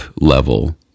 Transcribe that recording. level